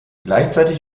gleichzeitig